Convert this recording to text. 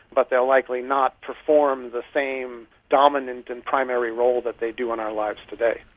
but they will likely not perform the same dominant and primary role that they do in our lives today.